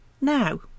now